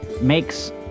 makes